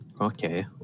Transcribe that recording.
Okay